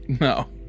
No